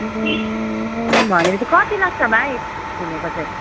ए भनेपछि कति लाग्छ होला है घुमेको चाहिँ